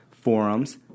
Forums